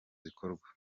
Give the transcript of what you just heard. zikorwa